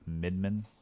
Midman